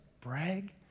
brag